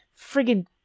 friggin